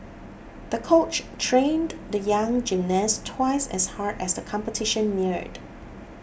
the coach trained the young gymnast twice as hard as the competition neared